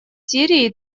сирии